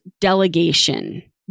delegation